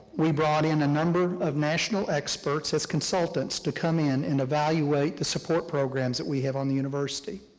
we brought in a number of national experts as consultants to come in and evaluate the support programs that we have on the university,